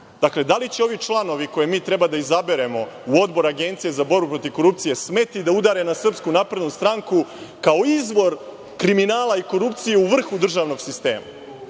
Dakle, da li će ovi članovi, koje mi treba da izaberemo u Odbor Agencije za borbu protiv korupcije, smesti da udare na SNS kao izvor kriminala i korupcije u vrhu držanog sistema.